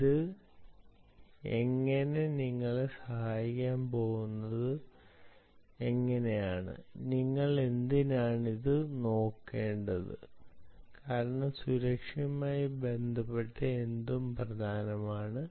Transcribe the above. ഇത് നിങ്ങളെ സഹായിക്കാൻ പോകുന്നത് എന്താണ് നിങ്ങൾ എന്തിനാണ് ഇത് നോക്കേണ്ടത് കാരണം സുരക്ഷയുമായി ബന്ധപ്പെട്ട എന്തും പ്രധാനമാണ്